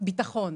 ביטחון.